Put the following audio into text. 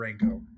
Rango